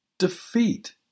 Defeat